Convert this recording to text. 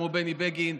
כמו בני בגין,